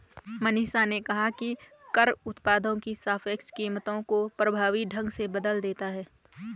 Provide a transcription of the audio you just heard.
मनीषा ने कहा कि कर उत्पादों की सापेक्ष कीमतों को प्रभावी ढंग से बदल देता है